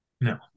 No